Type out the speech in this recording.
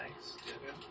thanks